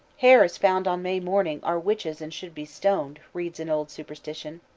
hares found on may morning are witches and should be stoned, reads an old superstition.